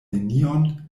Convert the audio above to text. nenion